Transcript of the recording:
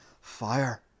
fire